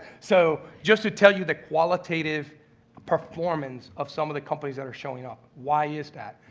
so just to tell you the qualitative performance of some of the companies that are showing up. why is that?